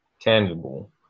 tangible